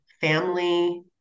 family